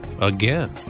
again